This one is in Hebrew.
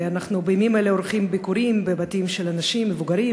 ובימים אלה אנחנו עורכים ביקורים בבתים של אנשים מבוגרים